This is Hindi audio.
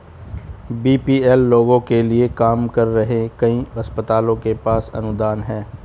बी.पी.एल लोगों के लिए काम कर रहे कई अस्पतालों के पास अनुदान हैं